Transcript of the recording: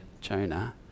Jonah